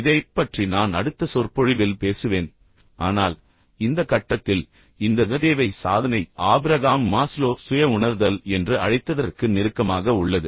இதைப் பற்றி நான் அடுத்த சொற்பொழிவில் பேசுவேன் ஆனால் இந்த கட்டத்தில் இந்த தேவை சாதனை ஆபிரகாம் மாஸ்லோ சுய உணர்தல் என்று அழைத்ததற்கு நெருக்கமாக உள்ளது